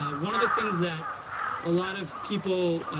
ah one of the things that a lot of people